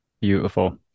beautiful